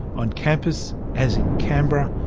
on campus, as in canberra,